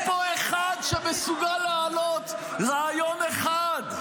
אין פה אחד שמסוגל להעלות רעיון אחד.